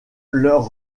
leur